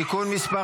(תיקון מס'